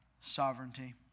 sovereignty